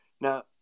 Now